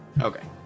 Okay